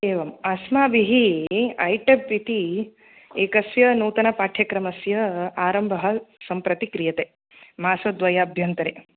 एवम् अस्माभिः ऐटप् इति एकस्य नूतनपाठ्यक्रमस्य आरम्भः सम्प्रति क्रियते मासद्वयाभ्यन्तरे